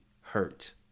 hurt